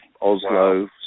Oslo